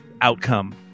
outcome